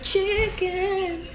chicken